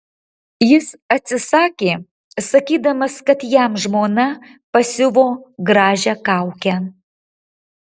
jis atsisakė sakydamas kad jam žmona pasiuvo gražią kaukę